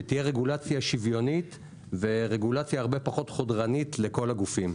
שתהיה רגולציה שוויונית והרבה פחות חודרנית לכל הגופים.